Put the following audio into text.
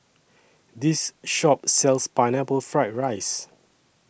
This Shop sells Pineapple Fried Rice